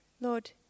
Lord